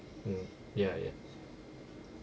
mm ya ya